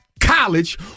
College